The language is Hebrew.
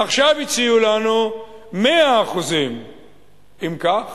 עכשיו הציעו לנו 100%. אם כך,